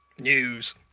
News